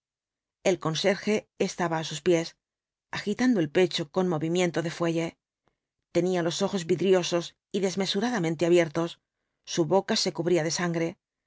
el conserje estaba á sus pies agitando el pecho con movimiento de fuelle tenía los ojos vidriosos y desmesuradamente abiertos su boca se cubría de sangre